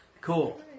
Cool